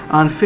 on